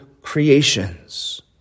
creations